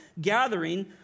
gathering